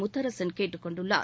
முத்தரசன் கேட்டுக் கொண்டுள்ளார்